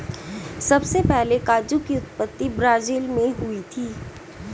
सबसे पहले काजू की उत्पत्ति ब्राज़ील मैं हुई थी